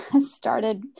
started